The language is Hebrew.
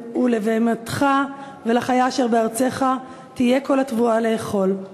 ולבהמתך ולחיה אשר בארצך, תהיה כל תבואתה לאכל'.